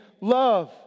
love